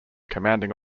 commanding